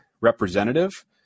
representative